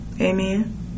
Amen